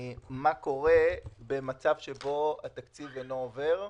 מה קורה במצב שבו התקציב אינו עובר,